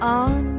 on